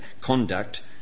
conduct